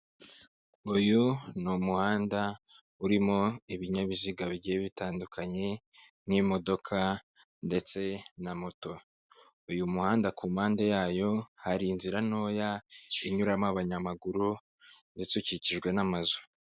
Uyu ni umuhanda urimo ibinyabiziga bigiye bitandukanye n'imodoka ndetse na moto. Uyu muhanda ku mpande yayo hari inzira ntoya inyuramo abanyamaguru ndetse ukikijwe n'amazu.